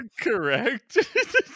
correct